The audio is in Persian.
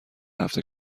هفته